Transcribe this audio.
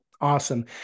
Awesome